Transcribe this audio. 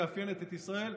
מאפיינת את ישראל,